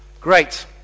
Great